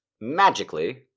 magically